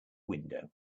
window